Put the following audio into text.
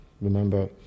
Remember